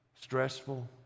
stressful